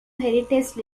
heritage